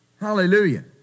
Hallelujah